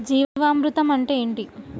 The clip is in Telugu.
జీవామృతం అంటే ఏంటి?